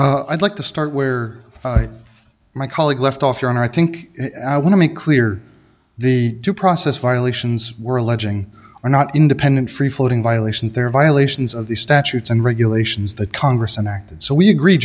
camp i'd like to start where my colleague left off your honor i think i want to make clear the due process violations were alleging are not independent free floating violations there are violations of the statutes and regulations the congress and act and so we agree